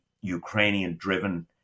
Ukrainian-driven